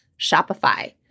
Shopify